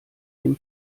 dem